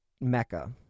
mecca